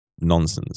nonsense